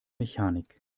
mechanik